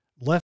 left